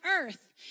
earth